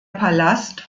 palast